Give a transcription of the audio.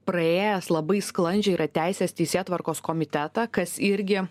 praėjęs labai sklandžiai yra teisės teisėtvarkos komitetą kas irgi